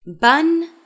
Bun